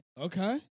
Okay